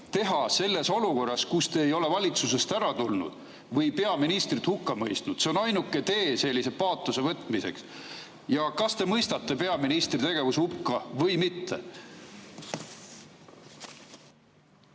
[kasutada] olukorras, kus te ei ole valitsusest ära tulnud või peaministrit hukka mõistnud. See oleks ainuke tee sellise paatose võtmisele. Kas te mõistate peaministri tegevuse hukka või mitte?